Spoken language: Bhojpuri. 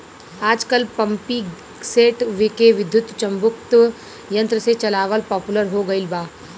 आजकल पम्पींगसेट के विद्युत्चुम्बकत्व यंत्र से चलावल पॉपुलर हो गईल बा